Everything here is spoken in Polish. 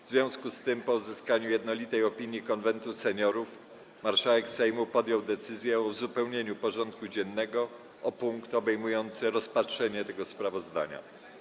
W związku z tym, po uzyskaniu jednolitej opinii Konwentu Seniorów, marszałek Sejmu podjął decyzję o uzupełnieniu porządku dziennego o punkt obejmujący rozpatrzenie tego sprawozdania.